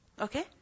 Okay